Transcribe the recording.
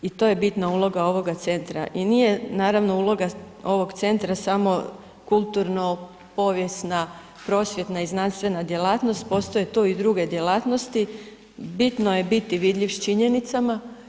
I to je bitna uloga ovoga centra i nije naravno uloga ovog centra samo kulturno povijesna prosvjetna i znanstvena djelatnost postoje tu i druge djelatnosti, bitno je biti vidljiv s činjenicama.